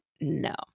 no